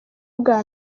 bwa